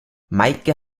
meike